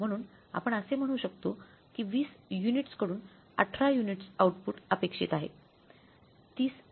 म्हणून आपण असे म्हणू शकतो की वीस युनिट्स कडून अठरा युनिट्स आउटपुट अपेक्षित आहे